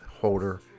holder